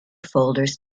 folders